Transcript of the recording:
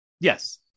Yes